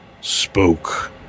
spoke